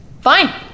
Fine